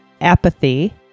Apathy